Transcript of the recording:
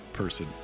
person